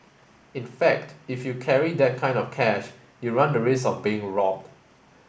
in fact if you carry that kind of cash you run the risk of being robbed